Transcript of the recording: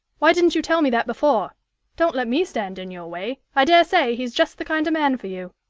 why didn't you tell me that before don't let me stand in your way. i dare say he's just the kind of man for you.